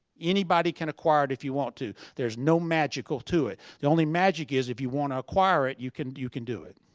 anybody can acquire it if you want to. there's no magical to it. the only magic is, if you want to acquire it, you can you can do it.